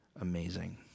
amazing